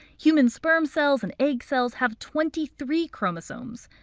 human sperm cells and egg cells have twenty three chromosomes.